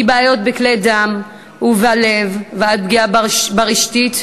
מבעיות בכלי דם ובלב ועד פגיעה ברשתית,